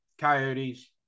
coyotes